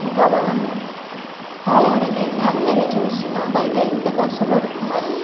ఇంకా మనం చాలా వరకైతే అందరిని చూస్తున్నాం బయట ఎంత కష్టపడుతున్నారు